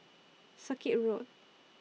Circuit Road